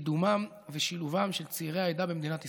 לקידומם ושילובם של צעירי העדה במדינת ישראל.